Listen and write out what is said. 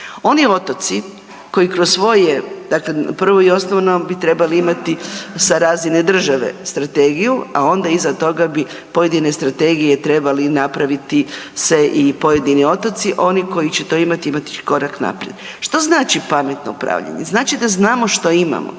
Oni otoci koji kroz svoje, dakle prvo i osnovno bi trebali imati sa razine države strategiju, a onda iza toga bi pojedine strategije trebali napraviti se i pojedini otoci, oni koji će to imati … korak naprijed. Što znači pametno upravljanje? Znači da znamo što imamo,